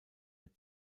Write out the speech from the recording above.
mehr